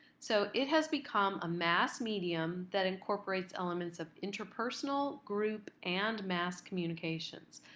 so it has become a mass medium that incorporates elements of interpersonal, group, and mass communications.